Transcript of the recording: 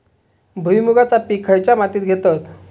भुईमुगाचा पीक खयच्या मातीत घेतत?